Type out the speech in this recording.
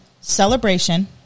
celebration